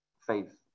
faith